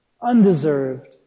undeserved